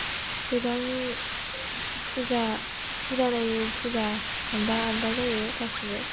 गोबां फुजा फुजा नायै फुजा आलदा आलदा जायो गासिबो